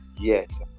yes